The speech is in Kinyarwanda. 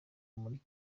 muri